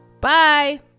Bye